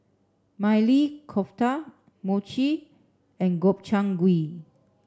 Maili Kofta Mochi and Gobchang gui